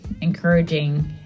encouraging